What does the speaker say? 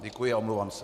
Děkuji a omlouvám se.